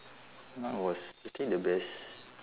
mat was eating the best